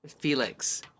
Felix